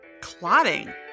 clotting